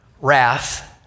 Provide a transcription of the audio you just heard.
wrath